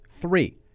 three